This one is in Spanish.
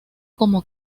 como